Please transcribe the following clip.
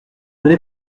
n’ai